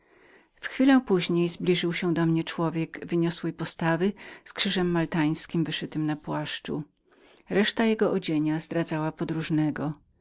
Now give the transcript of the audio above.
twarzy wkrótce potem zbliżył się do mnie młody człowiek wyniosłej postawy z krzyżem maltańskim wyszytym na płaszczu reszta jego odzienia wskazywała podróżnego